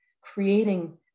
creating